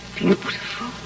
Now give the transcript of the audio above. beautiful